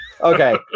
okay